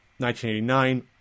1989